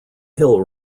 hill